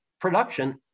production